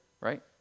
right